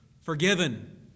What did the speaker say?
forgiven